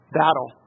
battle